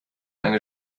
eine